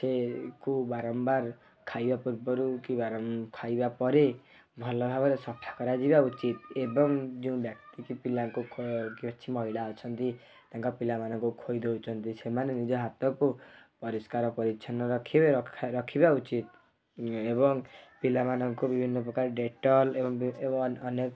ସେ କୁ ବାରମ୍ବାର ଖାଇବା ପୂର୍ବରୁ କି ବାରଂ ଖାଇବା ପରେ ଭଲଭାବରେ ସଫା କରାଯିବା ଉଚିତ୍ ଏବଂ ଯେଉଁ ବ୍ୟକ୍ତି କି ପିଲାଙ୍କୁ ଅଛି ମହିଳା ଅଛନ୍ତି ତାଙ୍କ ପିଲାମାନଙ୍କୁ ଖୁଆଇ ଦେଉଛନ୍ତି ସେମାନେ ନିଜ ହାତକୁ ପରିଷ୍କାର ପରିଛନ୍ନ ରଖିବେ ରଖିବା ଉଚିତ୍ ଏବଂ ପିଲା ମାନଙ୍କୁ ବିଭିନ୍ନ ପ୍ରକାର ଡେଟଲ୍ ଏବଂ ଅନ୍ୟ